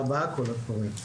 ארבעה קולות קוראים,